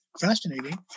fascinating